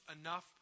enough